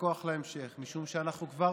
אבל לכל הפחות,